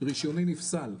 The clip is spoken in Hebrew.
רישיוני נפסל,